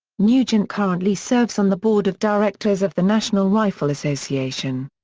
nugent currently serves on the board of directors of the national rifle association.